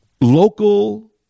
local